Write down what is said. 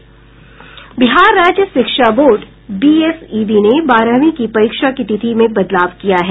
बिहार राज्य शिक्षा board BSEB ने बारहवीं की परीक्षा की तिथि में बदलाव किया गया है